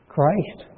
Christ